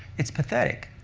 it's pathetic.